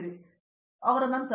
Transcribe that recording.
ಹೌದು ಅವನ ನಂತರ